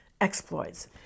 Exploits